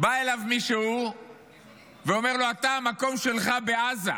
בא אליו מישהו ואומר לו: אתה, המקום שלך בעזה.